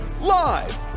live